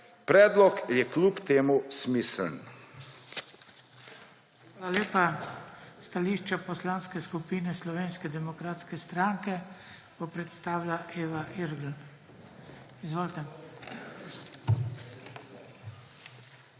predlog je kljub temu smiseln.